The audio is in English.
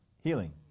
healing